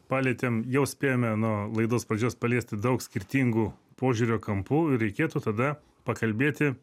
palietėm jau spėjome nuo laidos pradžios paliesti daug skirtingų požiūrio kampų ir reikėtų tada pakalbėti